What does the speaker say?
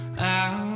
out